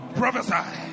prophesy